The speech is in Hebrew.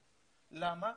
למה?